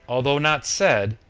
although not said,